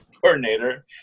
coordinator